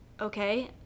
okay